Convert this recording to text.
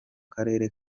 karere